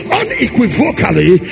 unequivocally